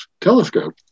telescope